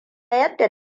yadda